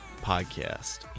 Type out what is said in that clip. podcast